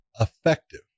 effective